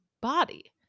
body